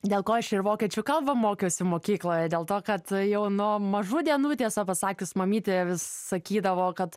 dėl ko aš ir vokiečių kalbą mokiausi mokykloje dėl to kad jau nuo mažų dienų tiesą pasakius mamytė vis sakydavo kad